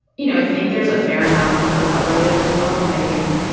you know, i think there's a fair amount of recovery that goes on. and i think,